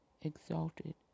exalted